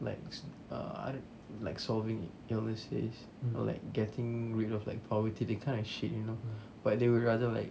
like ah I don't like solving or like getting rid of like poverty that kind of shit you know but they will rather like